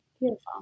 beautiful